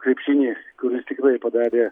krepšinį kuris tikrai padarė